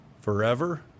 forever